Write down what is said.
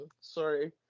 sorry